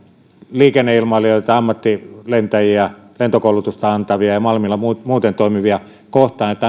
liikenneilmailijoita ammattilentäjiä lentokoulutusta antavia ja malmilla muuten toimiva kohtaan että